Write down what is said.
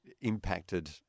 impacted